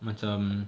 macam